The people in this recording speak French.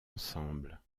ensemble